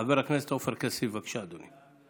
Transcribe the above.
חבר הכנסת עופר כסיף, בבקשה, אדוני.